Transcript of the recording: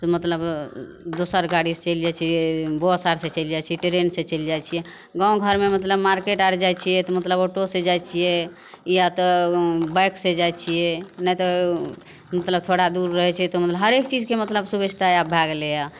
तऽ मतलब दोसर गाड़ीसे चलि जाइ छिए बस आओरसे चलि जाइ छिए ट्रेनसे चलि जाइ छिए गाम घरमे मतलब मार्केट आओर जाइ छिए तऽ मतलब ऑटोसे जाइ छिए या तऽ बाइकसे जाइ छिए नहि तऽ मतलब थोड़ा दूर रहै छै तऽ मतलब हरेक चीजके मतलब सुभिस्ता आब भै गेलैए